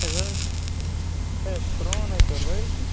ہے سُہ حظ چھُ ہے پرون حظ چھُ وٲلۍتھٕے